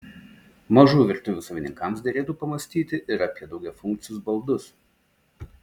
mažų virtuvių savininkams derėtų pamąstyti ir apie daugiafunkcius baldus